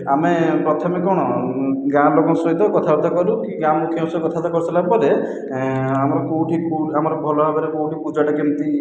ଆମ ପ୍ରଥମେ କ'ଣ ଗାଁ ଲୋକଙ୍କ ସହିତ କଥାବାର୍ତ୍ତା କରୁ କି ଗାଁ ମୁଖ୍ୟଙ୍କ ସହିତ କଥା ବାର୍ତ୍ତା କରିସାରିଲା ପରେ ଆମର କେଉଁଠି ଆମର ଭଲ ଭାବରେ କେଉଁଠି ପୂଜାଟା କେମିତି